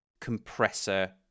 compressor